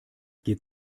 geht